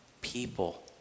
people